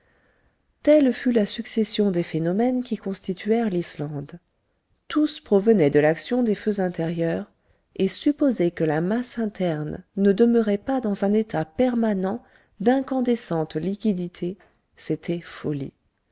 telle fut la succession des phénomènes qui constituèrent l'islande tous provenaient de l'action des feux intérieurs et supposer que la masse interne ne demeurait pas dans un état permanent d'incandescente liquidité c'était folie